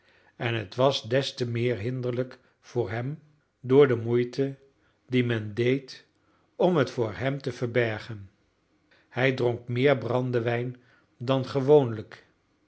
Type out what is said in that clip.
en het was des te meer hinderlijk voor hem door de moeite die men deed om het voor hem te verbergen hij dronk meer brandewijn dan gewoonlijk